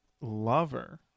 lover